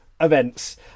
events